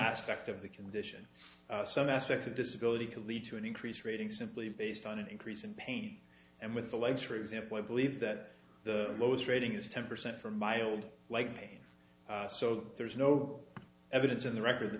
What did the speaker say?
aspect of the condition some aspects of disability to lead to an increased rating simply based on an increase in pain and with the legs for example i believe that the lowest rating is ten percent for mild like pain so there's no evidence in the record th